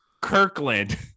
Kirkland